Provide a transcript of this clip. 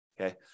Okay